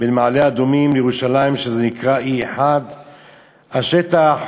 בין מעלה-אדומים לירושלים, שזה נקרא 1E. השטח